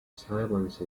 silence